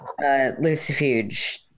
Lucifuge